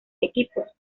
equipos